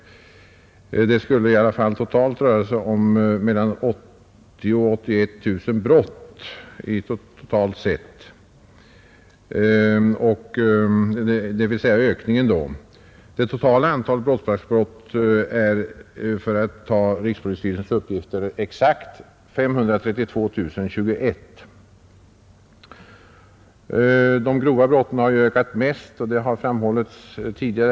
Ökningen skulle i alla fall totalt röra sig om mellan 80 000 och 81 000 brott. Det totala antalet brottsbalkbrott är enligt rikspolisstyrelsens uppgifter exakt 532 021. De grova brotten har ju ökat mest, och det har framhållits tidigare.